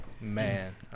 man